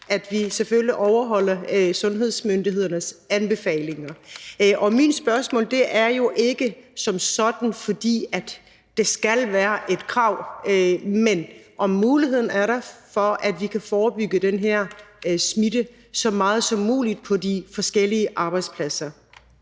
at vi selvfølgelig overholder sundhedsmyndighedernes anbefalinger. Og mit spørgsmål er jo ikke, om det som sådan skal være et krav, men om muligheden er der for, at vi kan forebygge den her smitte så meget som muligt på de forskellige arbejdspladser.